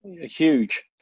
Huge